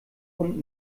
unten